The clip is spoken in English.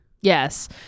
yes